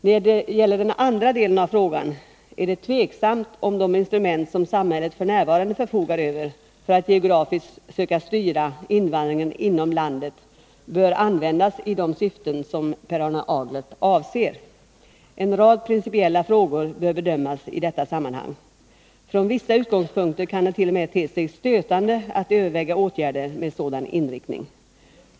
När det gäller den andra delen av frågan är det tveksamt om de instrument som samhället f. n. förfogar över för att geografiskt söka styra invandringen inom landet bör användas i de syften som Per Arne Aglert avser. En rad principiella frågor bör bedömas i detta sammanhang. Från vissa utgångspunkter kan det t.o.m. te sig stötande att överväga åtgärder med sådan inriktning.